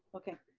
okay,